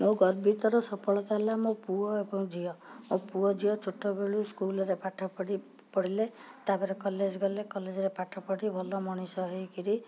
ମୁଁ ଗର୍ବିତର ସଫଳତା ହେଲା ମୋ ପୁଅ ଏବଂ ଝିଅ ମୋ ପୁଅ ଝିଅ ଛୋଟବେଳୁ ସ୍କୁଲ୍ରେ ପାଠ ପଢ଼ି ପଢ଼ିଲେ ତା'ପରେ କଲେଜ୍ ଗଲେ କଲେଜ୍ରେ ପାଠ ପଢ଼ି ଭଲ ମଣିଷ ହେଇକରି